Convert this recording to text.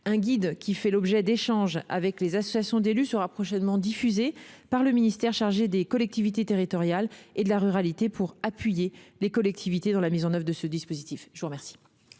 Un guide, qui fait l'objet d'échanges avec les associations d'élus, sera prochainement diffusé par la ministre chargée des collectivités territoriales et de la ruralité pour appuyer les collectivités dans la mise en oeuvre de ce dispositif. La parole